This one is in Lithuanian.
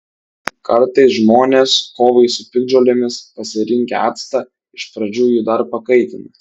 kartais žmonės kovai su piktžolėmis pasirinkę actą iš pradžių jį dar pakaitina